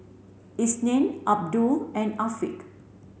Isnin Abdul and Afiq